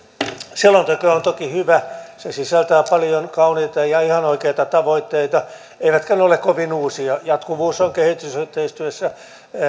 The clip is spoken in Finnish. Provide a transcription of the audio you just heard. selonteko on toki hyvä se sisältää paljon kauniita ja ihan oikeita tavoitteita eivätkä ne ole kovin uusia jatkuvuus on myöskin kehitysyhteistyössä